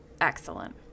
excellent